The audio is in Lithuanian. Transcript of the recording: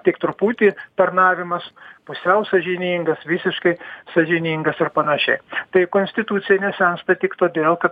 tik truputį tarnavimas pusiau sąžiningas visiškai sąžiningas ir panašiai tai konstitucija nesensta tik todėl kad